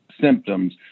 symptoms